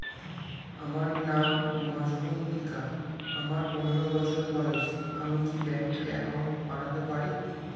আমার নাম মজ্ঝন্তিকা, আমার পনেরো বছর বয়স, আমি কি ব্যঙ্কে একাউন্ট বানাতে পারি?